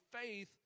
faith